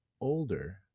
older